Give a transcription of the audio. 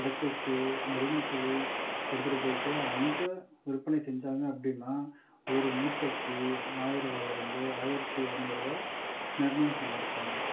இடத்திற்கு நெல் மூட்டையை எடுத்துகிட்டு போய்விட்டு அங்கே விற்பனை செஞ்சாங்க அப்படின்னா ஒரு மூட்டைக்கு ஆயிரம் ரூபாயில இருந்து ஆயிரத்து இரநூறுவா நிர்ணயம் பண்ணியிருப்பாங்க